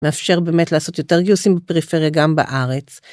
מאפשר באמת לעשות יותר גיוסים בפריפריה גם בארץ.